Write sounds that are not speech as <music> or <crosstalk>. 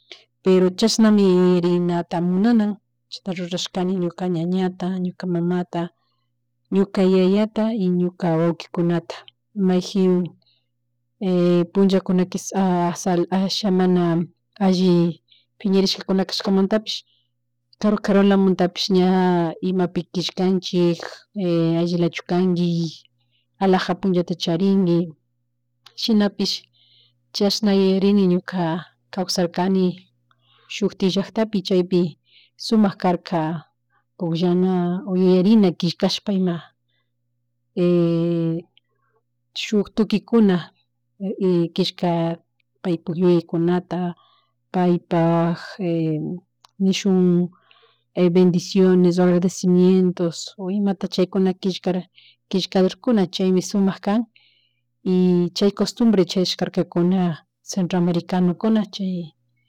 Pero chashnamirinatamunana chashan rurashkanai ñuka ñañata ñuka mamata, <noise> ñuka yayata, y ñuka waukikunata mayjin <hesitation> punllakunata kisha <hesitation> kishas asha mana alli, piñarishkunashkamantapish, karu, karumuntapish ña imapi kishkanchik allilachu kanchi alaja punllata charinki <hesitation> shinapish <noise> chashan yuyarini ñuka kawsarkani shukti llacktapi, chaypi sumak karka pullana, yuyarina o kishkashpa ima <hesitation> shuk tukuykuna <hesitation> killka paypuk yuyaykunata <noise> paypag <hesitation> bendisiones o agradecimientos o imata chyakuna killkara <noise> kisllkadorkuna chaymi sumak kan <noise> y chay costumbres chayashkarkakuna centro americanokuna chay <noise>